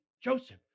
Joseph